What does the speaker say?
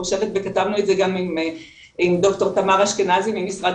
וכתבנו את זה גם עם ד"ר תמר אשכנזי ממשרד